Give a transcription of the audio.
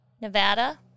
Nevada